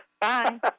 Bye